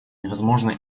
невозможно